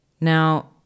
Now